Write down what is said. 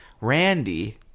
Randy